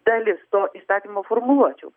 dalis to įstatymo formuluočių